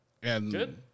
Good